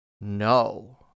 no